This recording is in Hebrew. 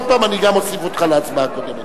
עוד פעם, אני אוסיף אותך גם להצבעה הקודמת.